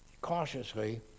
cautiously